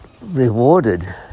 rewarded